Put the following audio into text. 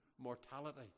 mortality